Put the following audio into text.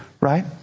Right